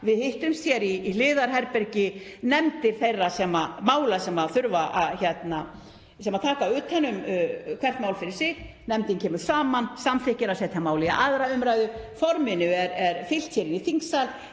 Við hittumst hér í hliðarherbergi, nefndir þeirra mála sem taka utan um hvert mál fyrir sig, nefndin kemur saman, samþykkir að setja málið í 2. umræðu, forminu er fylgt hér í þingsal,